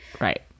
Right